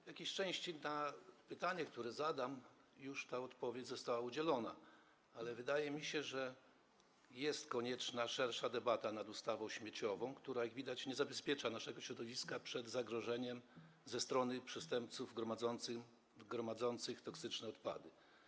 W jakiejś części na to pytanie, które zadam, już odpowiedź została udzielona, ale wydaje mi się, że jest konieczna szersza debata nad ustawą śmieciową, która, jak widać, nie zabezpiecza naszego środowiska przed zagrożeniem ze strony przestępców gromadzących toksyczne odpady.